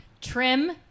Trim